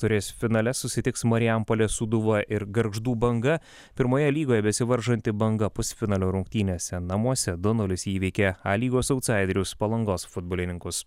taurės finale susitiks marijampolės sūduva ir gargždų banga pirmoje lygoje besivaržanti banga pusfinalio rungtynėse namuose du nulis įveikė a lygos autsaiderius palangos futbolininkus